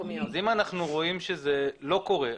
אם רואים שזה לא קורה,